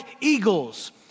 eagles